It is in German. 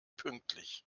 pünktlich